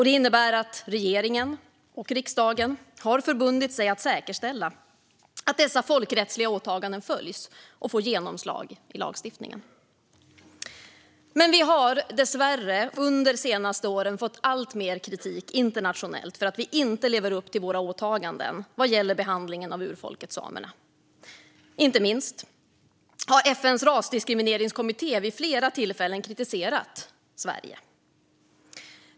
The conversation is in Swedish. Det innebär att regeringen och riksdagen har förbundit sig att säkerställa att dessa folkrättsliga åtaganden följs och får genomslag i lagstiftningen. Sverige har dessvärre under de senaste åren fått alltmer kritik internationellt för att vi inte lever upp till våra åtaganden vad gäller behandlingen av urfolket samerna. Inte minst FN:s rasdiskrimineringskommitté har vid flera tillfällen kritiserat Sverige.